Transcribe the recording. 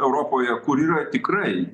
europoje kur yra tikrai